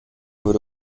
würde